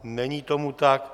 Není tomu tak.